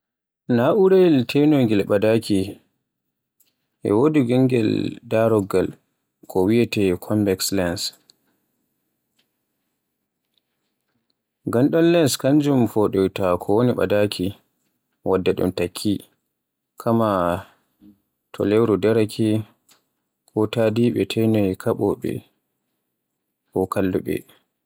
Na'urayel teynogel ɓadaaki e wodi gongal daroggal ko wiyeete convex lens, ngam ɗin lens kanjum foɗoyta ko woni ɓadaaki wadda takki, kama to lewru daraake, ko taadiɓe teynoyay kaɓowoɓe ko kalluɓe.